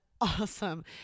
awesome